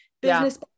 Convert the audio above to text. business